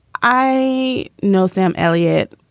i know sam elliott,